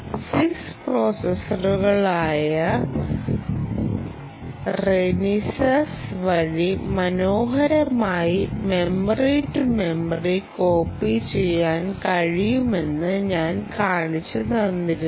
CISC പ്രോസസ്സറുകളായ Renesas വഴി മനോഹരമായി മെമ്മറി ടു മെമ്മറി കോപ്പി ചെയ്യാൻ കഴിയുമെന്ന് ഞാൻ കാണിച്ചു തന്നിരുന്നു